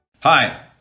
Hi